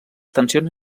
tensions